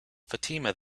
fatima